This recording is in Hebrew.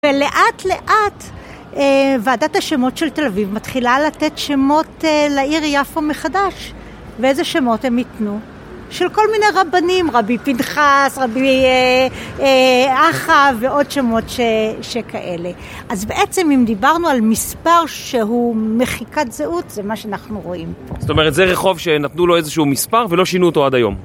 ולאט-לאט ועדת השמות של תל אביב מתחילה לתת שמות לעיר יפו מחדש. ואיזה שמות הם יתנו? של כל מיני רבנים; רבי פנחס, רבי אחא ועוד שמות שכאלה. אז בעצם אם דיברנו על מספר שהוא מחיקת זהות, זה מה שאנחנו רואים פה. זאת אומרת, זה רחוב שנתנו לו איזשהו מספר ולא שינו אותו עד היום